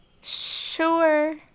Sure